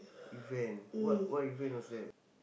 event what what event was that